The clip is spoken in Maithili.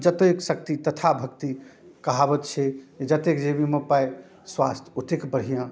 जतेक शक्ति तथा भक्ति कहावत छै जे जतेक जेबीमे पाइ स्वास्थ्य ओतेक बढ़िआँ